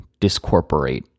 discorporate